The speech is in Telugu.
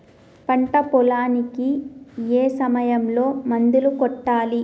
పంట పొలానికి ఏ సమయంలో మందులు కొట్టాలి?